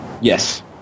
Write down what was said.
yes